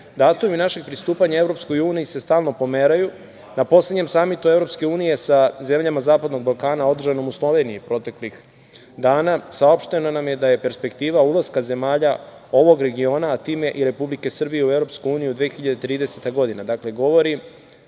Datumi našeg pristupanja EU se stalno pomeraju. Na poslednjem samitu EU sa zemljama zapadnog Balkana, održanog u Sloveniji proteklih dana, saopšteno nam je da je perspektiva ulaska zemalja ovog regiona, a time i Republike Srbije, u EU 2030. godine.